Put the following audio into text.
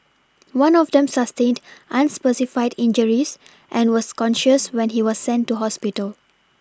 one of them sustained unspecified injuries and was conscious when he was sent to hospital